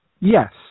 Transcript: Yes